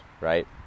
right